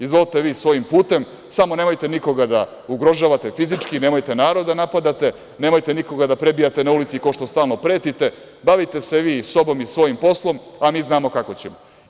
Izvolite vi svojim putem, samo nemojte nikoga da ugrožavate fizički, nemojte narod da napadate, nemojte nikog da prebijate na ulici, kao što stalno pretite, bavite se vi sobom i svojim poslom, a mi znamo kako ćemo.